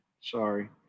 Sorry